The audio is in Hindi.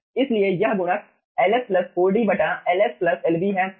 इसलिए यह गुणक Ls 4D है